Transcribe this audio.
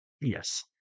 yes